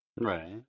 Right